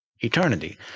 eternity